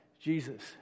Jesus